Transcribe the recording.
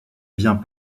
vient